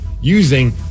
using